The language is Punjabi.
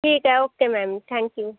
ਠੀਕ ਹੈ ਓਕੇ ਮੈਮ ਥੈਂਕ ਯੂ